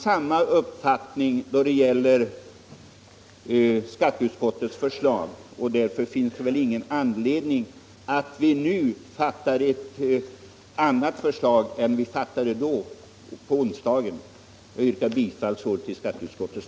Samma uppfattning råder då det gäller skatteutskottets förslag. Därför finns det ingen anledning att vi nu fattar ett annat beslut än vi gjorde i onsdags.